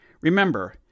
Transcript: Remember